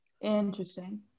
Interesting